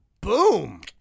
Boom